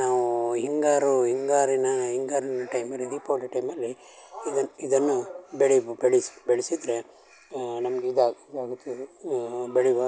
ನಾವು ಹಿಂಗಾರು ಹಿಂಗಾರಿನ ಹಿಂಗಾರಿನ ಟೈಮಲ್ಲಿ ದೀಪಾವಳಿ ಟೈಮಲ್ಲಿ ಇದನ್ನ ಇದನ್ನು ಬೆಳೆ ಬೆಳ್ಸಿ ಬೆಳೆಸಿದ್ರೆ ನಮ್ಗೆ ಈಗ ಆಗುತ್ತಿರೋ ಬೆಳೆವ